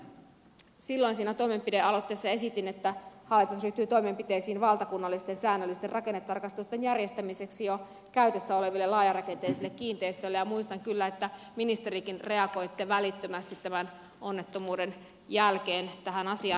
silloin siinä toimenpidealoitteessa esitin että hallitus ryhtyy toimenpiteisiin valtakunnallisten säännöllisten rakennetarkastusten järjestämiseksi jo käytössä oleville laajarakenteisille kiinteistöille ja muistan kyllä että tekin ministeri reagoitte välittömästi onnettomuuden jälkeen tähän asiaan